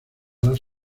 las